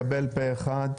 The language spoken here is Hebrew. התקבל פה אחד.